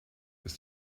ist